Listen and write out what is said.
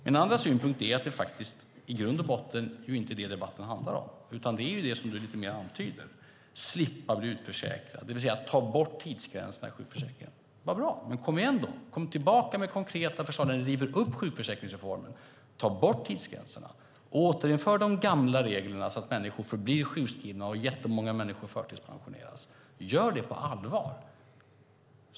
Min andra synpunkt är att det faktiskt i grund och botten inte är det som debatten handlar om, utan det är det som Eva-Lena Jansson antyder om att man ska slippa bli utförsäkrad, det vill säga att vi ska ta bort tidsgränserna i sjukförsäkringen. Men kom då tillbaka med konkreta förslag där ni river upp sjukförsäkringsreformen, tar bort tidsgränserna och återinför de gamla reglerna så att människor förblir sjukskrivna och jättemånga människor förtidspensioneras! Gör det på allvar!